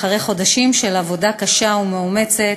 אחרי חודשים של עבודה קשה ומאומצת,